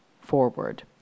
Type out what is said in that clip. forward